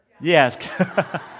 Yes